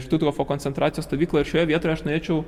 štuthofo koncentracijos stovyklą šioje vietoje aš norėčiau